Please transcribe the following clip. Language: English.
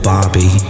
Bobby